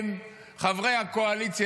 הם, חברי הקואליציה,